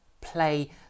play